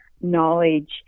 knowledge